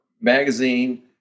magazine